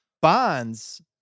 bonds